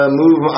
move